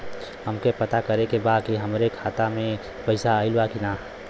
हमके पता करे के बा कि हमरे खाता में पैसा ऑइल बा कि ना?